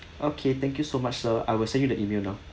okay thank you so much sir I will send you the email now